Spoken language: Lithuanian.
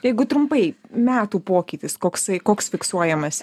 jeigu trumpai metų pokytis koksai koks fiksuojamas